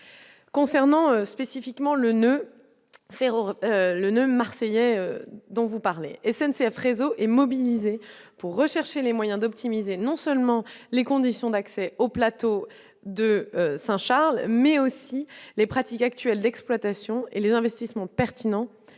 noeud ferroviaire le noeud marseillais dont vous parlez, SNCF, réseau et mobilisés pour rechercher les moyens d'optimiser, non seulement les conditions d'accès au plateau de Saint-Charles, mais aussi les pratiques actuelles d'exploitation et les investissements pertinents